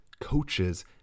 coaches